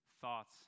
thoughts